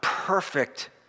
Perfect